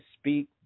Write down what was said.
speak